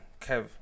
Kev